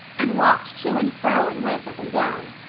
and walked to and fro and went up and down.